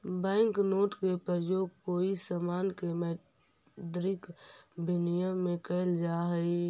bank note के प्रयोग कोई समान के मौद्रिक विनिमय में कैल जा हई